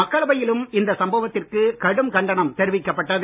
மக்களவையிலும் இந்த சம்பவத்திற்கு கடும் கண்டனம் தெரிவிக்கப் பட்டது